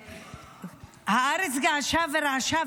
הארץ געשה ורעשה,